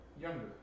younger